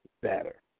better